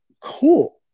cool